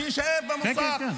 שיישאר במוסר כפול.